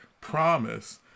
promise